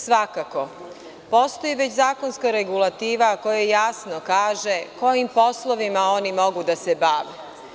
Svakako postoji već zakonska regulativa koja jasno kaže kojim poslovima oni mogu da se bave?